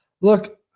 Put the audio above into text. Look